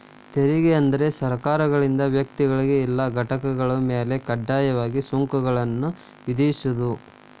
ತೆರಿಗೆ ಅಂದ್ರ ಸರ್ಕಾರಗಳಿಂದ ವ್ಯಕ್ತಿಗಳ ಇಲ್ಲಾ ಘಟಕಗಳ ಮ್ಯಾಲೆ ಕಡ್ಡಾಯವಾಗಿ ಸುಂಕಗಳನ್ನ ವಿಧಿಸೋದ್